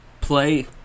play